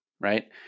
right